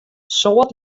soad